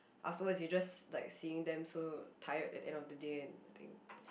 afterwards you just like seeing them so tired at end of the day and I think it's